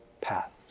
path